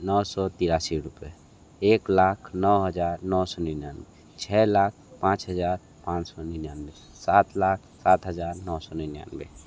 नौ सौ तिरासी रुपये एक लाख नौ हज़ार नौ सौ निन्यानवे छ लाख पाँच हज़ार पाँच सौ निन्यानवे सात लाख सात हज़ार नौ सौ निन्यानवे